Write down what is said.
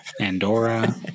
Andorra